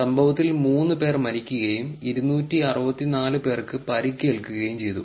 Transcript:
സംഭവത്തിൽ 3 പേർ മരിക്കുകയും 264 പേർക്ക് പരിക്കേൽക്കുകയും ചെയ്തു